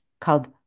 called